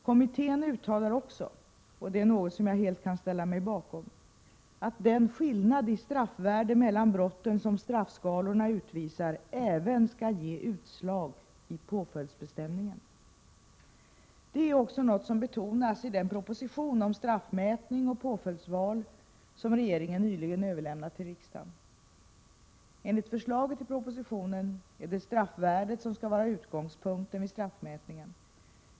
Kommittén uttalar också, och det är något som jag helt kan ställa mig bakom, att den skillnad i straffvärde mellan brotten som straffskalorna utvisar även skall ge utslag i påföljdsbestämningen. Detta är också något som betonas i den proposition om straffmätning och påföljdsval som regeringen nyligen överlämnat till riksdagen. Enligt förslaget i propositionen är det straffvärdet som skall vara utgångs punkten för straffmätningen.